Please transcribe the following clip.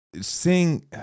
seeing